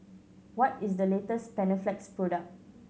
what is the latest Panaflex product